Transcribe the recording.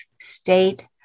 state